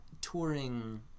touring –